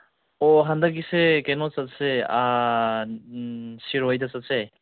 ꯑꯣ ꯍꯟꯗꯛꯀꯤꯁꯦ ꯀꯩꯅꯣ ꯆꯠꯁꯦ ꯁꯤꯔꯣꯏꯗ ꯆꯠꯁꯦ